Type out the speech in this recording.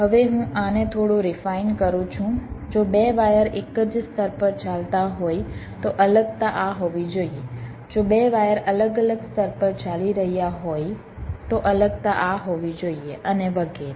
હવે હું આને થોડું રિફાઇન કરું છું જો 2 વાયર એક જ સ્તર પર ચાલતા હોય તો અલગતા આ હોવી જોઈએ જો 2 વાયર અલગ અલગ સ્તર પર ચાલી રહ્યા હોય તો અલગતા આ હોવી જોઈએ અને વગેરે